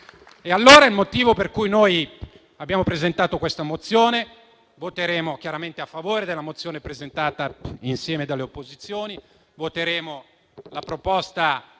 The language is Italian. È questo il motivo per cui abbiamo presentato questa mozione. Voteremo chiaramente a favore della mozione presentata insieme dalle opposizioni, voteremo la proposta